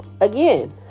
again